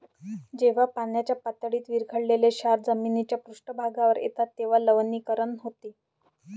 जेव्हा पाण्याच्या पातळीत विरघळलेले क्षार जमिनीच्या पृष्ठभागावर येतात तेव्हा लवणीकरण होते